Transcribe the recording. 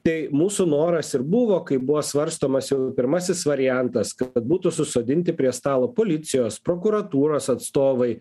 tai mūsų noras ir buvo kaip buvo svarstomas jau pirmasis variantas kad būtų susodinti prie stalo policijos prokuratūros atstovai